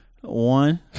One